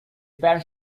parents